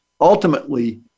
ultimately